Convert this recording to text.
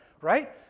right